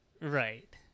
Right